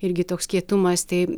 irgi toks kietumas tai